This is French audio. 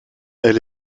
elle